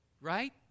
right